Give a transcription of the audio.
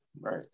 Right